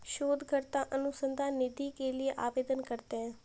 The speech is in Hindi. शोधकर्ता अनुसंधान निधि के लिए आवेदन करते हैं